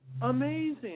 amazing